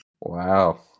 wow